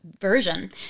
version